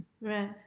Right